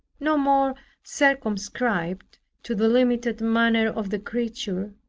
no more circumscribed to the limited manner of the creature,